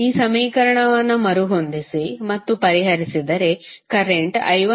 ಈ ಸಮೀಕರಣವನ್ನು ಮರುಹೊಂದಿಸಿ ಮತ್ತು ಪರಿಹರಿಸಿದರೆ ಕರೆಂಟ್ I110